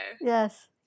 Yes